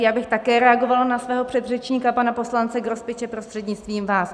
Já bych také reagovala na svého předřečníka pana poslance Grospiče prostřednictvím vás.